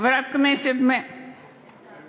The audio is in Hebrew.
חברת הכנסת מרב,